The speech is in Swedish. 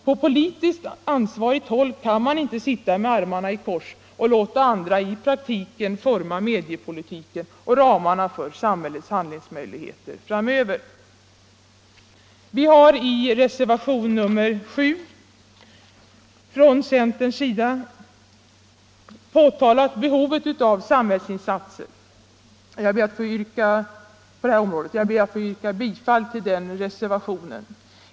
På politiskt ansvarigt håll kan man inte sitta med armarna i kors och låta andra i praktiken forma mediepolitiken och ramarna för samhällets handlingsmöjligheter framöver. Vi har i reservationen 7 från centerns sida framhållit behovet av samhällsinsatser på detta område, och jag ber att få yrka bifall till den reservationen.